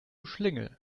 schlingel